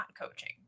coaching